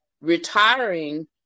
retiring